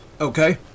Okay